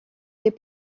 des